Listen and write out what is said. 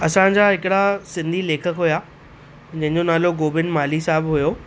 असांजा हिकिड़ा सिंधी लेखक हुआ जंहिंजो नालो गोबिंद माल्ही साहिबु हुआ